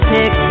Pick